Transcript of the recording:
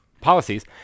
policies